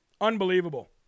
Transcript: Unbelievable